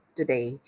today